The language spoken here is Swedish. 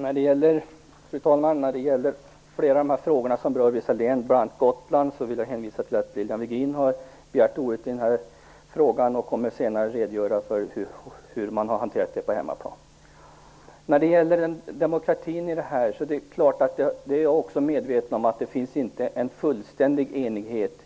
Fru talman! Som svar på flera av frågorna som rör vissa län, bl.a. Gotland, vill jag hänvisa till att Lilian Virgin har begärt ordet i frågan. Hon kommer senare att redogöra för hur man hanterat detta på hemmaplan. När det gäller demokratin i detta är jag medveten om att det inte finns någon fullständig enighet